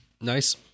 nice